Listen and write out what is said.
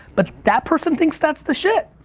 but that person thinks that's the shit.